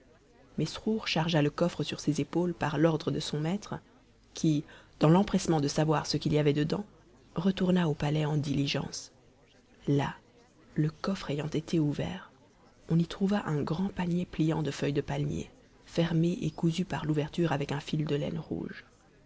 mesrour chargea le coffre sur ses épaules par l'ordre de son maître qui dans l'empressement de savoir ce qu'il y avait dedans retourna au palais en diligence là le coffre ayant été ouvert on y trouva un grand panier pliant de feuilles de palmier fermé et cousu par l'ouverture avec un fil de laine rouge